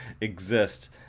exist